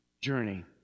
journey